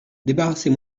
débarrassez